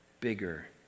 bigger